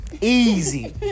Easy